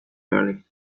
early